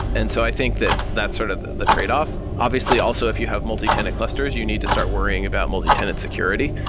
and so i think that that's sort of the trade-off obviously, also if you have multitenant clusters, you need to start worrying about multitenant security,